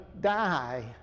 die